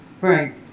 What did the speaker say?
Right